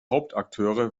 hauptakteure